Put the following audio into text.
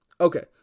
okay